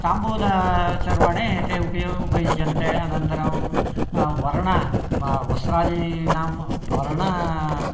ताम्बूलचर्वणे ते उपयुज्यन्ते अनन्तरं वर्णः वा वस्त्रादीनां वर्णः